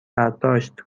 برداشت